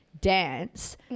dance